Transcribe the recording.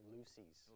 Lucy's